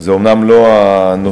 זה אומנם לא הנושא,